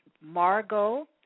Margot